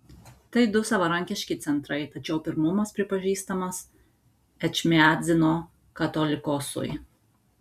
tai du savarankiški centrai tačiau pirmumas pripažįstamas ečmiadzino katolikosui